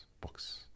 books